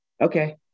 okay